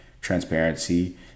transparency